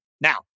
Now